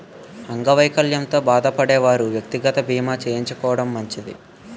అంగవైకల్యంతో బాధపడే వారు వ్యక్తిగత బీమా చేయించుకోవడం మంచిది